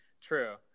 True